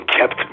kept